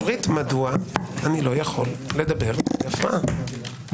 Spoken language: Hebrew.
אבל אורית, מדוע איני יכול לגבר בלי הפרעה?